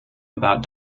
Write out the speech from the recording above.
about